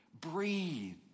breathe